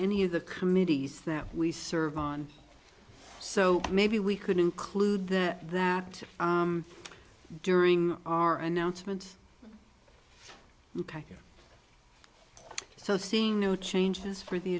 any of the committees that we serve on so maybe we could include that that during our announcement so seeing no changes for the